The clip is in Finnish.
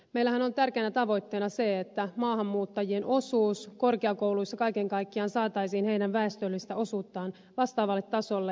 meillähän on tärkeänä tavoitteena se että maahanmuuttajien osuus korkeakouluissa kaiken kaikkiaan saataisiin heidän väestöllistä osuuttaan vastaavalle tasolle